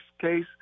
case